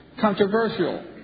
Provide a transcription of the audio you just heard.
controversial